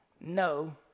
No